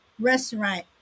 restaurant